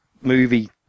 movie